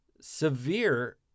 Severe